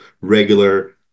regular